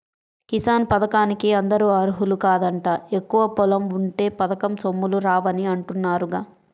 కిసాన్ పథకానికి అందరూ అర్హులు కాదంట, ఎక్కువ పొలం ఉంటే పథకం సొమ్ములు రావని అంటున్నారుగా